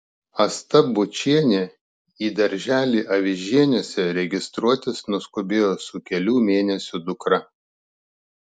asta bučienė į darželį avižieniuose registruotis nuskubėjo su kelių mėnesių dukra